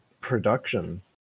production